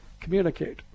communicate